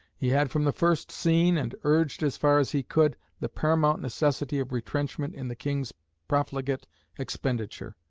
he had from the first seen, and urged as far as he could, the paramount necessity of retrenchment in the king's profligate expenditure.